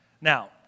Now